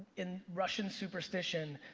in russian superstition,